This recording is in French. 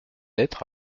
être